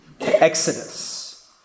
exodus